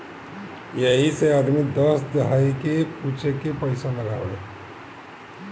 यही से आदमी दस दहाई पूछे के पइसा लगावे